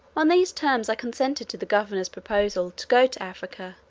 on these terms i consented to the governor's proposal to go to africa,